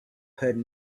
heard